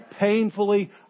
painfully